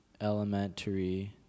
Elementary